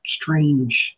strange